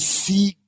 see